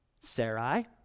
Sarai